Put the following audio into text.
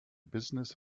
business